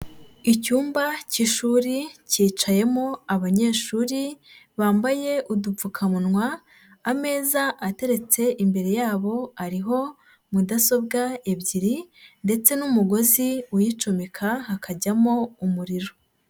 Icyumba k'ishuri cyicayemo abanyeshuri bambaye udupfukamunwa, ameza ateretse imbere yabo ariho mudasobwa ebyiri ndetse n'umugozi uyicomeka hakajyamo umuriro.